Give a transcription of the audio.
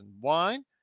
Wine